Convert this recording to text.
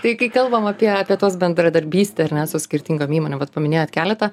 tai kai kalbam apie apie tuos bendradarbystę ar ne su skirtingom įmonėm vat paminėjot keletą